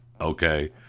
Okay